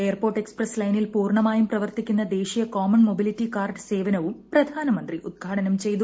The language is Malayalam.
എയർപോർട്ട് എക്സ്പ്രസ് ലൈനിൽ പൂർണ്ണമായും പ്രവർത്തിക്കുന്ന ദേശീയ കോമൺ മൊബിലിറ്റി കാർഡ് സേവനവും പ്രധാനമന്ത്രി ഉദ്ഘാടനം ചെയ്തു